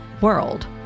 world